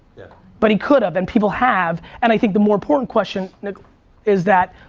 but he could've, and people have and i think the more important question is that,